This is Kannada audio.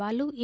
ಬಾಲು ಎ